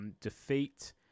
defeat